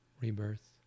rebirth